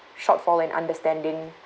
shortfall in understanding